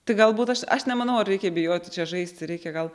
tik galbūt aš aš nemanau ar reikia bijoti čia žaisti reikia gal